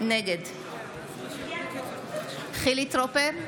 נגד חילי טרופר,